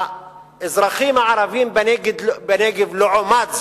האזרחים הערבים בנגב, לעומת זאת,